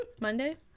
Monday